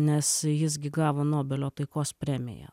nes jis gi gavo nobelio taikos premiją